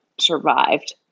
survived